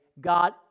god